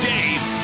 Dave